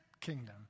kingdom